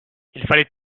fallait